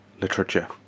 literature